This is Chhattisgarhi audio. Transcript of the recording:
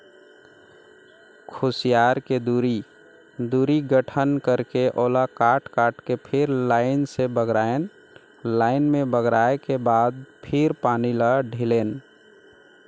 खुसियार के दूरी, दूरी गठन करके ओला काट काट के फिर लाइन से बगरायन लाइन में बगराय के बाद फिर पानी ल ढिलेन